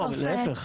לא, להיפך.